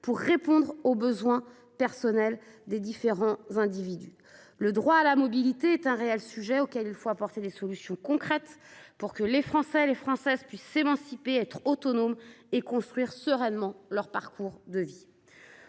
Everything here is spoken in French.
ou répondre aux besoins personnels. Le droit à la mobilité est un réel sujet, auquel il faut apporter des solutions concrètes pour que les Français et les Françaises puissent s'émanciper, être autonomes et construire sereinement leur parcours de vie.